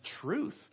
truth